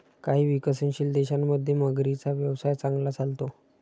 काही विकसनशील देशांमध्ये मगरींचा व्यवसाय चांगला चालतो